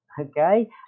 okay